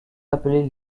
appelés